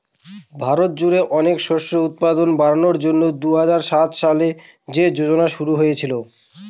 ভারত জুড়ে অনেক শস্যের উৎপাদন বাড়ানোর জন্যে দুই হাজার সাত সালে এই যোজনা শুরু হয়েছিল